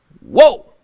Whoa